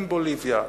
עם בוליביה,